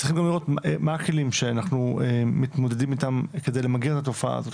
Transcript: צריך לראות מה הכלים שאנחנו מתמודדים איתם כדי למגר את התופעה הזאת,